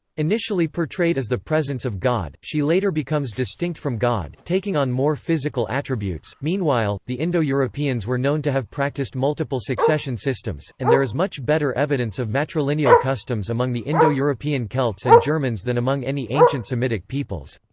initially portrayed as the presence of god, she later becomes distinct from god, taking on more physical attributes meanwhile, the indo-europeans were known to have practiced multiple succession systems, and there is much better evidence of matrilineal customs among the indo-european celts and germans than among any ancient semitic peoples.